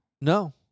No